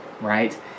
right